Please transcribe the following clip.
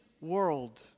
world